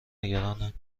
نگرانند